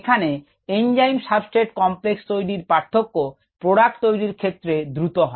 এখানে enzyme substrate complex তৈরির পার্থক্য প্রোডাক্ট তৈরির থেকে দ্রুত হয়